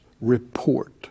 report